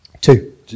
two